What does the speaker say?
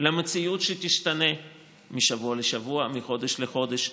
למציאות שתשתנה משבוע לשבוע, מחודש לחודש.